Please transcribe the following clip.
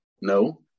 no